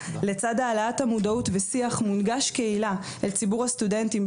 לצד העלאת המודעות ושיח מונגש קהילה אל ציבור הסטודנטים,